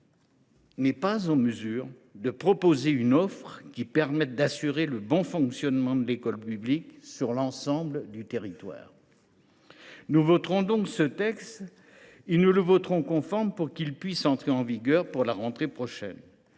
n’est pas en mesure de proposer une offre permettant d’assurer le bon fonctionnement de l’école publique sur l’ensemble du territoire. Nous voterons ce texte conforme afin qu’il puisse entrer en vigueur avant la rentrée prochaine.